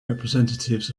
representatives